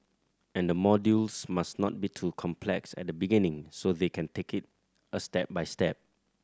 and the modules must not be too complex at the beginning so they can take it a step by step